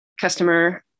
customer